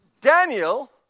Daniel